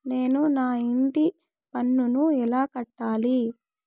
నేను నా ఇంటి పన్నును ఎలా కట్టాలి?